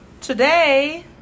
today